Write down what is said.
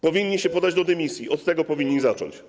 Powinni się podać do dymisji, od tego powinni zacząć.